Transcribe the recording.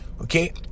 okay